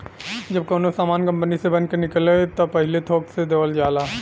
जब कउनो सामान कंपनी से बन के निकले त पहिले थोक से देवल जाला